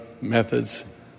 methods